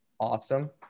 awesome